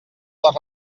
les